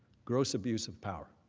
gross abuse of power.